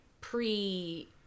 pre